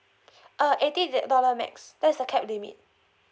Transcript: uh eighty that dollar max that's the cap limit